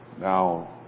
Now